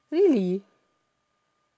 really